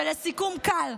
ולסיכום קל,